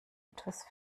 etwas